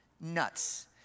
Nuts